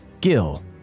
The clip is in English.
Gil